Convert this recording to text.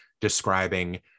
describing